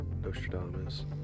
Nostradamus